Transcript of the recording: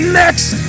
next